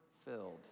Filled